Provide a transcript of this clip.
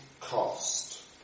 cost